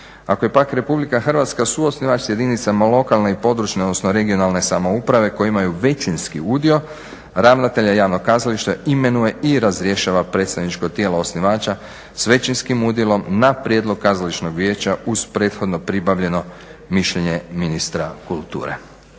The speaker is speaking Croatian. Ako je pak Republika Hrvatska suosnivač s jedinicama lokalne i područne odnosno regionalne samouprave koje imaju većinski udio, ravnatelja javnog kazališta imenuje i razrješava predstavničko tijelo osnivača s većinskim udjelom na prijedlog kazališnog vijeća uz prethodno pribavljeno mišljenje ministra kulture.